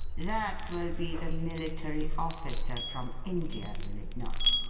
that will be the military officer from india, will it not?